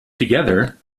together